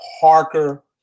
Parker